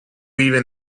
even